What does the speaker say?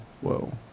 whoa